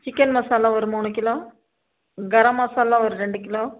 chicken masala ஒரு மூணு kilo garam masala ஒரு ரெண்டு கிலோ